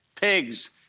pigs